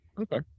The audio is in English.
Okay